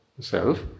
self